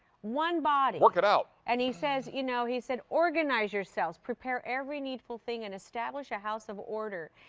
one body. work it out. and he says, you know, he said organize yourselves and prepare every need full thing and establish a house of order.